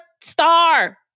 Star